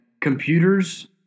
computers